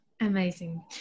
Amazing